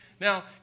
Now